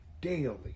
daily